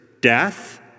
death